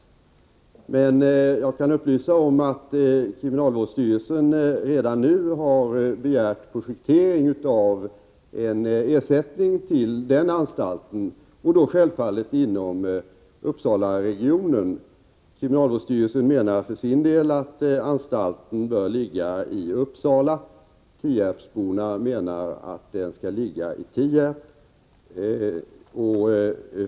Jag kan emellertid upplysa om att kriminalvårdsstyrelsen redan nu har begärt projektering av en ersättning för den anstalten, och då självfallet inom Uppsalaregionen. Kriminalvårdsstyrelsen anser för sin del att anstalten bör ligga i Uppsala, medan tierpsborna anser att den skall ligga i Tierp.